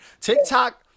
TikTok